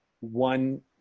one